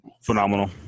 Phenomenal